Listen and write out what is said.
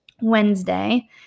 Wednesday